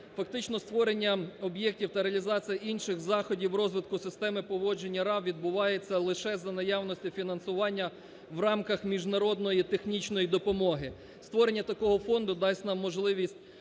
Фактично створення об'єктів та реалізації інших заходів розвитку системи поводження РАВ відбувається лише за наявності фінансування в рамках міжнародної технічної допомоги. Створення такого фонду дасть нам можливість